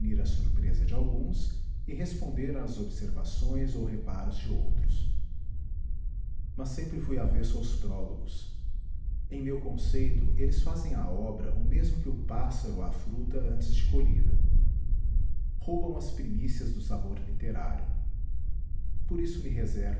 a surpresa de alguns e responder às observações ou reparos de outros mas sempre fui avesso aos prólogos em meu conceito eles fazem à obra o mesmo que o pássaro à fruta antes de colhida roubam as primícias do sabor literário por isso me reservo